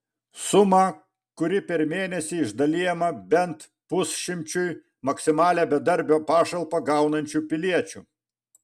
suma kuri per mėnesį išdalijama bent pusšimčiui maksimalią bedarbio pašalpą gaunančių piliečių